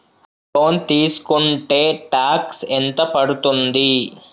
Loan తీస్కుంటే tax ఎంత పడ్తుంది?